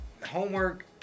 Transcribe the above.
homework